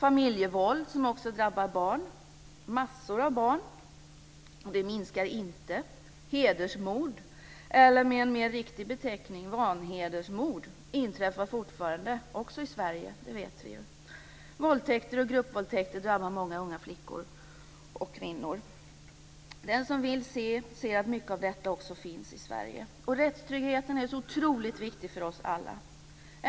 Familjevåldet, som också drabbar en mängd barn, minskar inte. Hedersmord - eller, med en riktigare beteckning, vanhedersmord - inträffar fortfarande, också i Sverige; det vet vi. Våldtäkter och gruppvåldtäkter drabbar många unga flickor och kvinnor. Den som vill se ser att mycket av detta också finns i Rättstryggheten är otroligt viktig för oss alla.